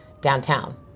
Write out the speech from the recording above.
downtown